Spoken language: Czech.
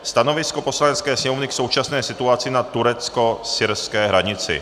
Stanovisko Poslanecké sněmovny k současné situaci na turecko syrské hranici